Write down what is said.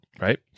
right